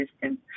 system